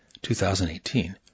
2018